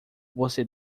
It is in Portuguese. você